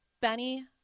Benny